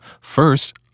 First